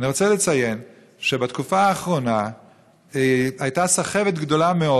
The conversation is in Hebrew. אני רוצה לציין שבתקופה האחרונה הייתה סחבת גדולה מאוד.